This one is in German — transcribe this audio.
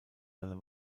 seine